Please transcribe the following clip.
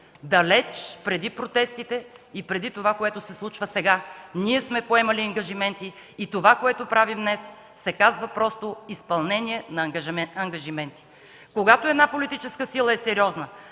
Далеч преди протестите и преди това, което се случва сега, ние сме поели ангажименти и това, което правим днес, е изпълнение на ангажиментите. Когато една политическа сила е сериозна,